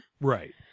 Right